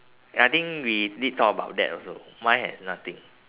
I think we did talk about that also mine has nothing